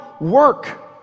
work